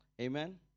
Amen